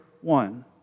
one